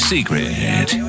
Secret